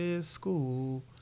school